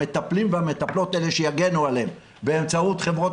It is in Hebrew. המטפלים והמטפלות הם אלה שמגנים עליהם באמצעות חברות